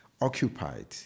occupied